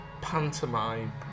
pantomime